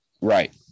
Right